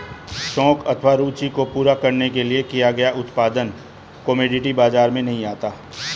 शौक अथवा रूचि को पूरा करने के लिए किया गया उत्पादन कमोडिटी बाजार में नहीं आता